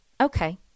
okay